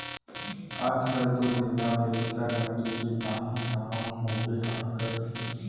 आज कल तो बिना पइसा कउड़ी के काहीं काम होबे काँहा करथे